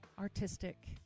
artistic